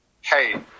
hey